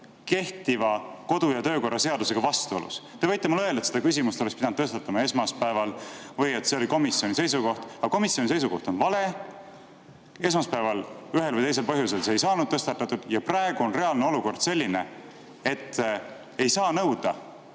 kehtiva kodu‑ ja töökorra seadusega vastuolus. Te võite mulle öelda, et selle küsimuse oleks pidanud tõstatama esmaspäeval või et selline oli komisjoni seisukoht. Aga komisjoni seisukoht on vale, esmaspäeval ühel või teisel põhjusel [seda teemat] ei tõstatatud ja praegu on reaalne olukord selline, kus ei saa nõuda